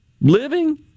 living